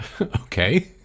Okay